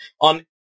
on